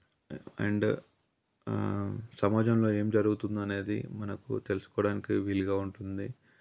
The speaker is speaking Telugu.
అండ్ సమాజంలో ఏం జరుగుతుంది అనేది మనకు తెలుసుకోవడానికి వీలుగా ఉంటుంది